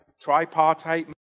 Tripartite